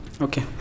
Okay